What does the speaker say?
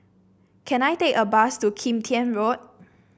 can I take a bus to Kim Tian Road